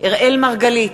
אראל מרגלית,